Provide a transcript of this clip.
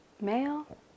Male